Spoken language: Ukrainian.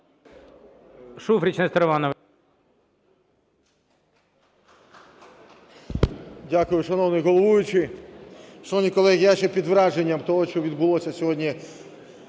Дякую, шановний головуючий. Шановні колеги, я ще під враженням того, що відбулося сьогодні